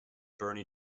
bernie